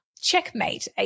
checkmate